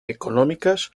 económicas